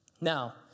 Now